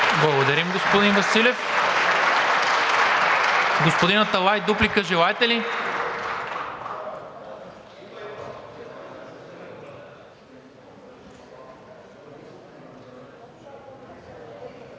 Благодаря, господин Василев. Господин Аталай, дуплика желаете ли?